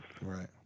Right